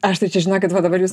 aš tai čia žinokit va dabar jūs